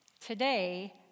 Today